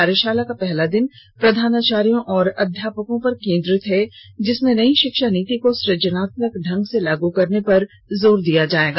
कार्यशाला का पहला दिन प्रधानाचार्यों और अध्यापकों पर केंद्रित है जिसमें नयी शिक्षा नीति को सुजनात्मक ढंग से लागू करने पर जोर दिया जाएगा